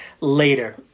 later